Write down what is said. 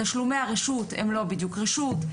תשלומי הרשות הם לא בדיוק רשות,